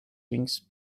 wings